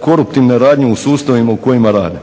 koruptivne radnje u sustavima u kojima rade,